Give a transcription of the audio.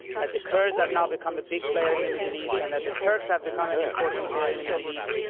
that the kurds have now become a big player in the middle east, and that the turks have become an important player in the middle east.